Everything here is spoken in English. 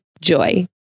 Joy